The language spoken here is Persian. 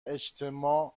اجتماع